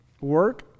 work